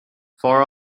far